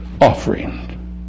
offering